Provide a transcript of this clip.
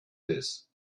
this